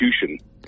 execution